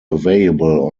available